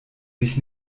sich